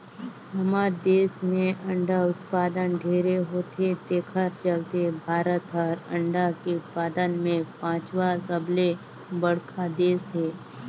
हमर देस में अंडा उत्पादन ढेरे होथे तेखर चलते भारत हर अंडा के उत्पादन में पांचवा सबले बड़खा देस हे